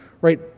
right